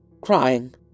crying